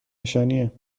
نشانیه